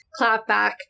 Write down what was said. clapback